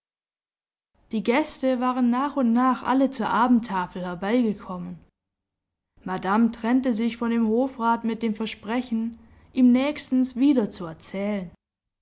die gäste waren nach und nach alle zur abendtafel herbeigekommen madame trennte sich von dem hofrat mit dem versprechen ihm nächstens wieder zu